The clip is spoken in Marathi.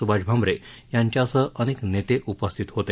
सुभाष भामरे यांच्यासह अनेक नेते उपस्थित होते